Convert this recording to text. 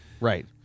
right